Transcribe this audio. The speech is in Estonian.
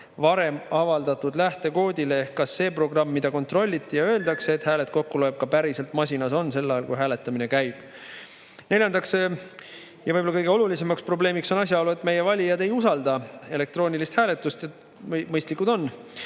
varem avaldatud lähtekoodile ehk kas see programm, mida on kontrollitud ja mille kohta öeldakse, et see hääled kokku loeb, ka päriselt masinas on sel ajal, kui hääletamine käib. Neljas ja võib-olla kõige olulisem probleem on asjaolu, et meie valijad ei usalda elektroonilist hääletust. Mõistlikud on!